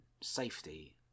safety